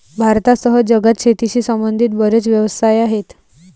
भारतासह जगात शेतीशी संबंधित बरेच व्यवसाय आहेत